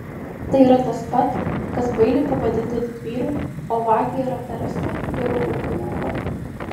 tai yra tas pat kas bailį pavadinti didvyriu o vagį ar aferistą geru ūkininku